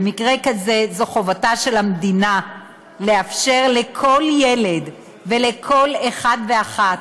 במקרה כזה זו חובתה של המדינה לאפשר לכל ילד ולכל אחד ואחת,